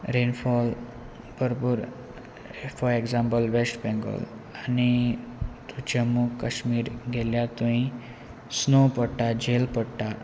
rainfall भरपूर for example west Bengal आनी जम्मू कश्मीर गेल्यार थंय स्नो पडटा झेल पडटा